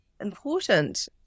important